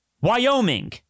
Wyoming